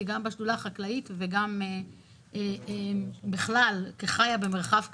גם בשדולה החקלאית וגם בכלל כחיה במרחב כפרי,